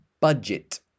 budget